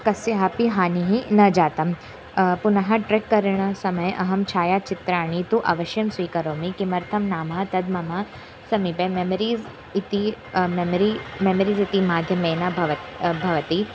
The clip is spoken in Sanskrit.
कस्य अपि हानिः न जातं पुनः ट्रेक् करणसमये अहं छायाचित्राणि तु अवश्यं स्वीकरोमि किमर्थं नाम तद् मम समीपे मेमरीस् इति मेमरि मेमरिस् इति माध्यमेन भव भवति